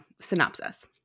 synopsis